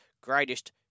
greatest